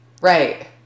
Right